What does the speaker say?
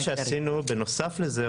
מה שעשינו בנוסף לזה,